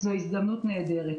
זו הזדמנות נהדרת.